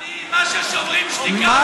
דב חנין, מה ש"שוברים שתיקה" עושים עולה בחיי אדם.